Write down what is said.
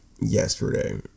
yesterday